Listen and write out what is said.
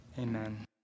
Amen